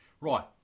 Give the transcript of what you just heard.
Right